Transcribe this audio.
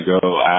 go